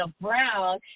Brown